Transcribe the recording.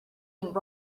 and